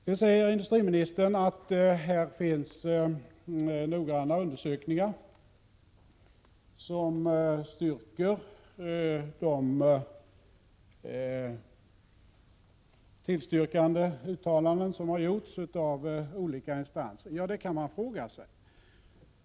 Nu säger industriministern att det finns noggranna undersökningar som stöder de tillstyrkande uttalanden som har gjorts av olika instanser. Man kan fråga sig hur det förhåller sig med den saken.